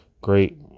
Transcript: great